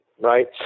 Right